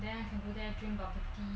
then I can go there drink bubble tea